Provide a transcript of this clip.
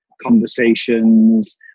Conversations